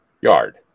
yard